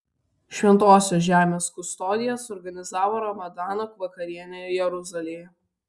šventosios žemės kustodija suorganizavo ramadano vakarienę jeruzalėje